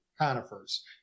conifers